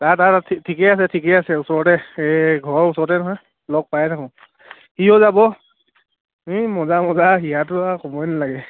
তাৰ তাৰ ঠিকে আছে ঠিকে আছে ওচৰতে এই ঘৰৰ ওচৰতে নহয় লগ পায়ে থাকোঁ সিও যাব মজা মজা ইয়াৰটো আৰু ক'বই নালাগে